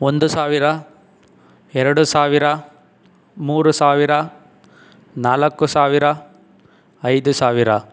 ಒಂದು ಸಾವಿರ ಎರಡು ಸಾವಿರ ಮೂರು ಸಾವಿರ ನಾಲ್ಕು ಸಾವಿರ ಐದು ಸಾವಿರ